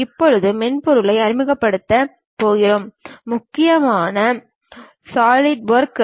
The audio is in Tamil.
இப்போது மென்பொருளை அறிமுகப்படுத்தப் போகிறோம் முக்கியமாக சாலிட்வொர்க்ஸ்